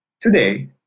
Today